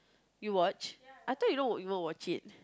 you watched I thought you don't even watch it